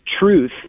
truth